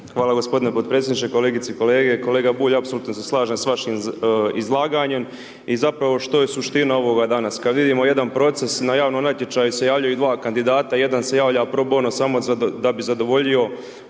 Hvala gospodine potpredsjedniče, kolegice i kolege. Kolega Bulj, apsolutno se slažem sa vašim izlaganjem. I zapravo što je suština ovoga danas? Kada vidimo jedan proces na javnom natječaju se javljaju i dva kandidata, jedan se javlja probono samo da bi zadovoljio